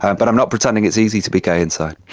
and but i'm not pretending it's easy to be gay inside.